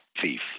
thief